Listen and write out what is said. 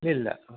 ഇല്ല ഇല്ല ആ